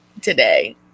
today